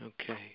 Okay